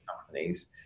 companies